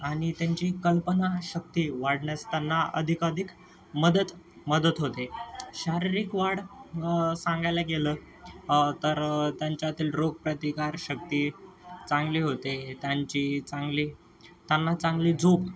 आणि त्यांची कल्पनाशक्ती वाढण्यास त्यांना अधिकाधिक मदत मदत होते आहे शारीरिक वाढ सांगायला गेलं तर त्यांच्यातील रोगप्रतिकारशक्ती चांगली होते त्यांची चांगली त्यांना चांगली झोप